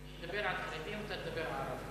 אני אדבר על חרדים, אתה תדבר על ערבים.